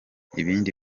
ibindi